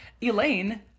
Elaine